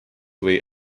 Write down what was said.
või